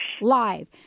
Live